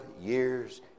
years